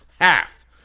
Half